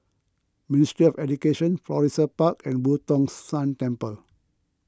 Ministry of Education Florissa Park and Boo Tong San Temple